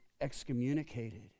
excommunicated